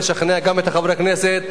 לשכנע גם את חברי הכנסת,